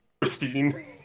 Christine